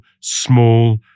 small